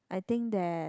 I think that